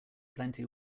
plenty